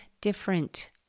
different